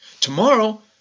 Tomorrow